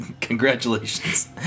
congratulations